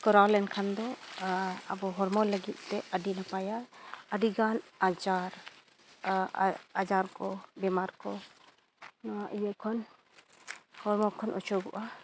ᱠᱚᱨᱟᱣ ᱞᱮᱱᱠᱷᱟᱱ ᱫᱚ ᱟᱵᱚ ᱦᱚᱲᱢᱚ ᱞᱟᱹᱜᱤᱫᱼᱛᱮ ᱟᱹᱰᱤ ᱱᱟᱯᱟᱭᱟ ᱟᱹᱰᱤᱜᱟᱱ ᱟᱡᱟᱨ ᱟᱡᱟᱨ ᱠᱚ ᱵᱮᱢᱟᱨ ᱠᱚ ᱱᱚᱣᱟ ᱤᱭᱟᱹ ᱠᱷᱚᱱ ᱦᱚᱲᱢᱚ ᱠᱷᱚᱱ ᱚᱪᱚᱜᱚᱜᱼᱟ